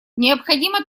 необходимо